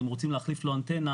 אם רוצים להחליף לו אנטנה,